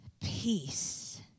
peace